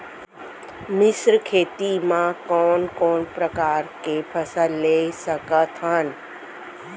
मिश्र खेती मा कोन कोन प्रकार के फसल ले सकत हन?